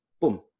Boom